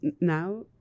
now